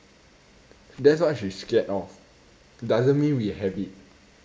that's what she is scared of doesn't mean we have it